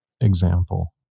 example